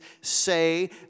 say